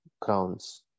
crowns